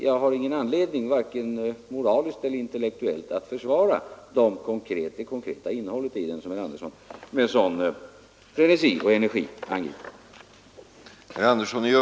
Jag har ingen anledning, vare sig moralisk eller intellektuell, att försvara det konkreta innehållet i annonsen, som herr Andersson med sådan energi och frenesi angriper.